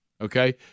Okay